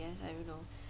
I guess I don't know